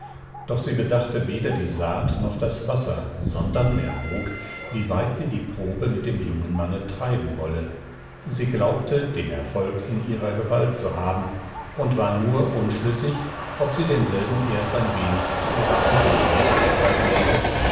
doch sie bedachte weder die saat noch das wasser sondern erwog wie weit sie die probe mit dem jungen manne treiben wolle sie glaubte den erfolg in ihrer gewalt zu haben und war nur unschlüssig ob sie denselben erst ein wenig zu ihrer eigenen lustbarkeit lenken